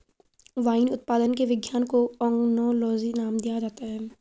wine उत्पादन के विज्ञान को ओनोलॉजी नाम दिया जाता है